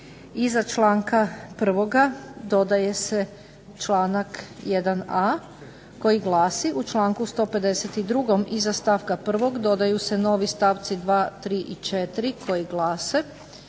Iza članka 1. dodaje se članak 1.a koji glasi: "u članku 152. iza stavka 1. dodaju se novi stavci 2., 3. i 4. koji glase: